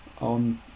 on